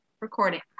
Recording